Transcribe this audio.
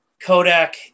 Kodak